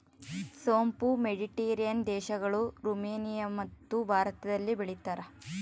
ಸೋಂಪು ಮೆಡಿಟೇರಿಯನ್ ದೇಶಗಳು, ರುಮೇನಿಯಮತ್ತು ಭಾರತದಲ್ಲಿ ಬೆಳೀತಾರ